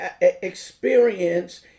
experience